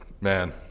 man